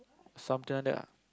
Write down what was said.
something like that ah